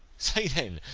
say, then,